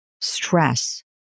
stress